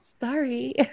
sorry